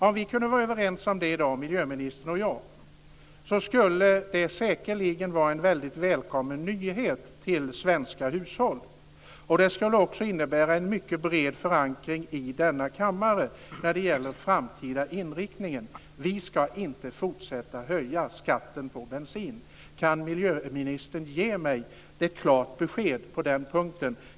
Om vi kunde vara överens om det i dag, miljöministern och jag, skulle det säkerligen vara en väldigt välkommen nyhet till svenska hushåll. Det skulle också innebära en mycket bred förankring i denna kammare när det gäller den framtida inriktningen. Vi ska inte fortsätta att höja skatten på bensin - kan miljöministern ge mig ett klart besked på den punkten?